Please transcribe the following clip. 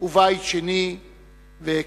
ובית שני והקים